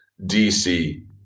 DC